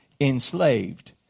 Enslaved